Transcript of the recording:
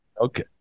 Okay